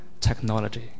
technology